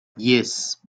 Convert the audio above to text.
yes